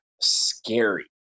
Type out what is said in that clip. scary